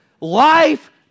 Life